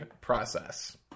process